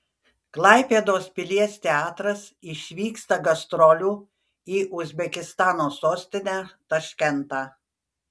klaipėdos pilies teatras išvyksta gastrolių į uzbekistano sostinę taškentą